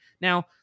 Now